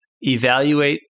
evaluate